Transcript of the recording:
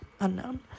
Unknown